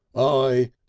i